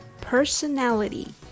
personality